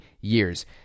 years